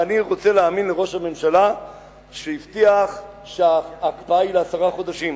ואני רוצה להאמין לראש הממשלה שהבטיח שההקפאה היא לעשרה חודשים,